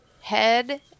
head